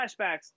flashbacks